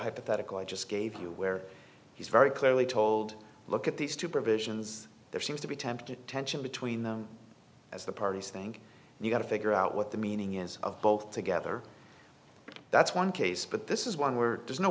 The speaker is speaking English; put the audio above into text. hypothetical i just gave you where he's very clearly told look at these two provisions there seems to be tempted tension between them as the parties think and you got to figure out what the meaning is of both together that's one case but this is one where there's no